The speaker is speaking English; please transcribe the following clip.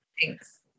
Thanks